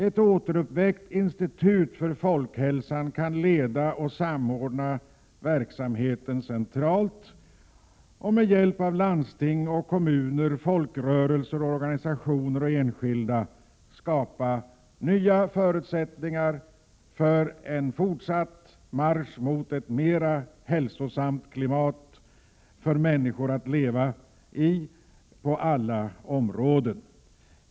Ett återuppväckt institut för folkhälsan kan leda och samordna verksamheten centralt och med hjälp av landsting och kommuner, folkrörelser, organisationer och enskilda skapa nya förutsättningar för en fortsatt marsch mot ett mera hälsosamt klimat för människor att leva i på alla områden.